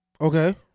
Okay